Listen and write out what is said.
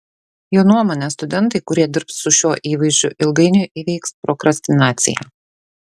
jo nuomone studentai kurie dirbs su šiuo įvaizdžiu ilgainiui įveiks prokrastinaciją